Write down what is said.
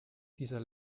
dieser